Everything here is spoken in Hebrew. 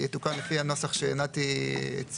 יתוקן לפי הנוסח שנתי הציע.